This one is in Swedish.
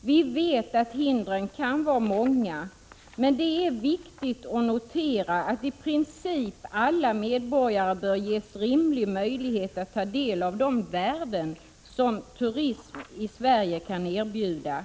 Vi vet att hindren kan vara många, men det är viktigt att notera att i princip alla medborgare bör ges rimlig möjlighet att ta del av de värden som turismen i Sverige kan erbjuda.